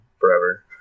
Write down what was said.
forever